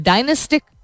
Dynastic